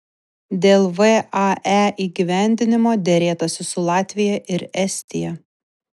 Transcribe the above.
dėl vae įgyvendinimo derėtasi su latvija ir estija